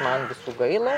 man visų gaila